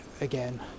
again